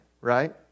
right